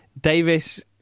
Davis